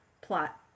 plot